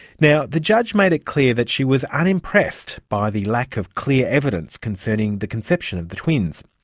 now, the judge made it clear that she was unimpressed by the lack of clear evidence concerning the conception of the twins.